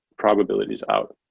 probabilities out.